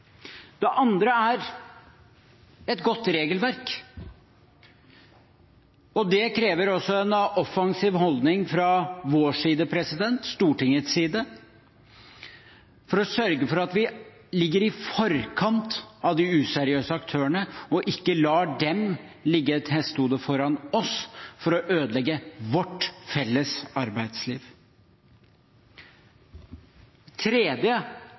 andre er et godt regelverk. Det krever også en offensiv holdning fra vår side, Stortingets side, for å sørge for at vi ligger i forkant av de useriøse aktørene og ikke lar dem ligge et hestehode foran oss for å ødelegge vårt felles arbeidsliv. Den tredje